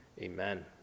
amen